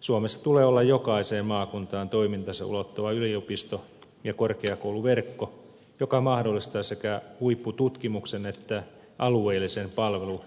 suomessa tulee olla jokaiseen maakuntaan toimintansa ulottava yliopisto ja korkeakouluverkko joka mahdollistaa sekä huippututkimuksen että alueellisen palvelu ja kehittämistehtävän